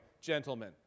gentlemen